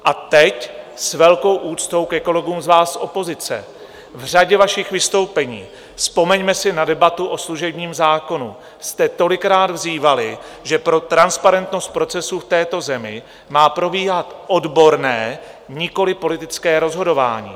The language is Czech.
A teď s velkou úctou ke kolegům z vás, opozice, v řadě vašich vystoupení, vzpomeňme si na debatu o služebním zákonu, jste tolikrát vzývali, že pro transparentnost procesu v této zemi má probíhat odborné, nikoliv politické rozhodování.